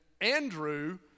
Andrew